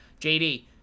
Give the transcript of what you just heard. JD